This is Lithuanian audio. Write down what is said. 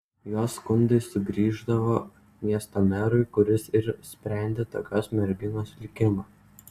jos skundai sugrįždavo miesto merui kuris ir sprendė tokios merginos likimą